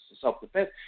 self-defense